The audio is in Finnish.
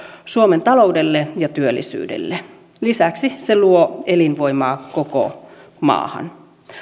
suomen taloudelle ja työllisyydelle lisäksi se luo elinvoimaa koko maahan